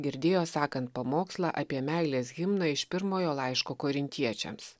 girdėjo sakant pamokslą apie meilės himną iš pirmojo laiško korintiečiams